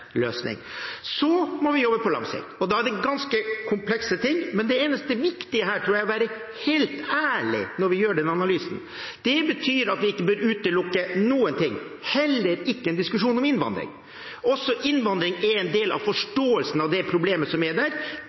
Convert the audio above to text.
Så må vi over på lang sikt. Da er det ganske komplekse ting. Men det eneste viktige her, tror jeg, er å være helt ærlig når vi gjør denne analysen. Det betyr at vi ikke bør utelukke noen ting, heller ikke en diskusjon om innvandring. Også innvandring er en del av forståelsen av det problemet som er der.